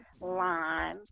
Lime